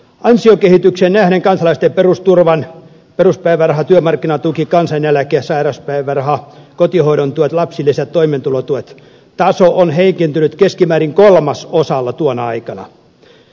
ansiokehitykseen nähden kansalaisten perusturvan peruspäiväraha työmarkkinatuki kansaneläke sairauspäiväraha kotihoidon tuet lapsilisät toimeentulotuet taso on heikentynyt keskimäärin kolmasosalla tuona aikana